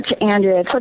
andrea